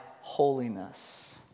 holiness